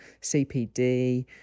cpd